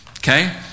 Okay